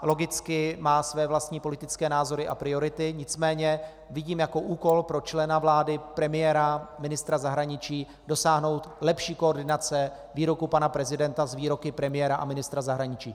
Logicky má své vlastní politické názory a priority, nicméně vidím jako úkol pro člena vlády, premiéra, ministra zahraničí dosáhnout lepší koordinace výroků pana prezidenta s výroky premiéra a ministra zahraničí.